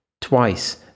Twice